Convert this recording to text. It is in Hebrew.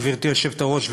גברתי היושבת-ראש,